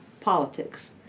politics